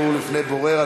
ערעור בפני בורר),